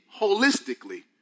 holistically